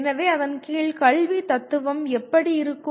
எனவே அதன் கீழ் கல்வி தத்துவம் எப்படி இருக்கும்